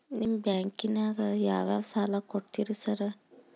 ನಿಮ್ಮ ಬ್ಯಾಂಕಿನಾಗ ಯಾವ್ಯಾವ ಸಾಲ ಕೊಡ್ತೇರಿ ಸಾರ್?